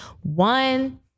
One